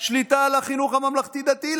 שליטה על החינוך הממלכתי-דתי,